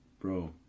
bro